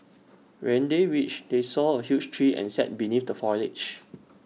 when they reached they saw A huge tree and sat beneath the foliage